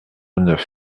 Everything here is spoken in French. neuf